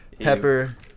Pepper